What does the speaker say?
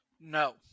No